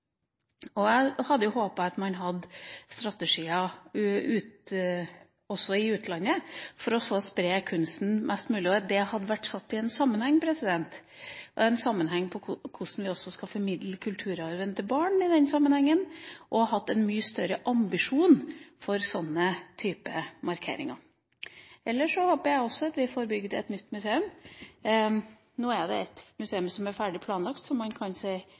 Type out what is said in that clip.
på. Jeg hadde jo håpet at man hadde strategier for å spre kunsten mest mulig i utlandet også, at det hadde vært satt i sammenheng med hvordan vi skal formidle kulturarven til barn og at man hadde hatt en mye større ambisjon for sånne typer markeringer. Ellers håper jeg også at vi får bygget et nytt museum. Nå er det et museum som er ferdig planlagt, som man kan